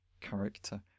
character